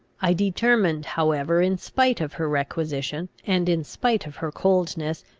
i determined however, in spite of her requisition, and in spite of her coldness,